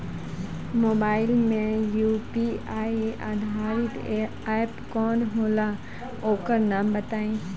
Mobile म UPI आधारित app कौन होला ओकर नाम बताईं?